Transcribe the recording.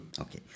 Okay